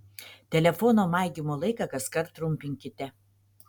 telefono maigymo laiką kaskart trumpinkite